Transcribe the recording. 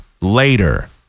Later